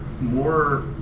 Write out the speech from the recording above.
more